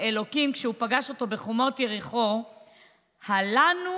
החוק הזה עלה בשנת 2020, לפני שנה.